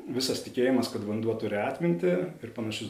visas tikėjimas kad vanduo turi atmintį ir panašius